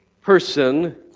person